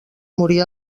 morir